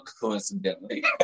coincidentally